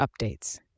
updates